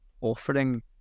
offering